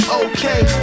okay